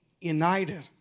united